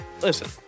listen